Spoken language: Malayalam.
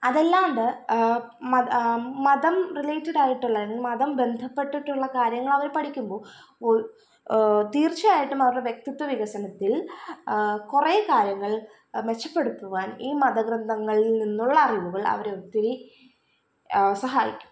അതല്ലാണ്ട് മത മതം റിലേറ്റഡായിട്ടുള്ള മതം ബന്ധപ്പെട്ടിട്ടുള്ള കാര്യങ്ങളവര് പഠിക്കുമ്പോൾ ഒ തീർച്ചയായിട്ടും അവരുടെ വ്യക്തിത്വ വികസനത്തിൽ കുറെ കാര്യങ്ങൾ മെച്ചപ്പെടുത്തുവാൻ ഈ മതഗ്രന്ഥങ്ങളിൽ നിന്നുള്ള അറിവുകൾ അവരെ ഒത്തിരി സഹായിക്കും